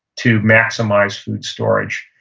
to maximize food storage,